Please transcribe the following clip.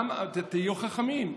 תהיו חכמים,